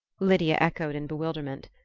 lydia echoed in bewilderment.